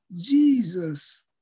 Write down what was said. Jesus